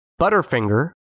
Butterfinger